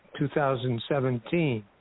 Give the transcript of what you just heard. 2017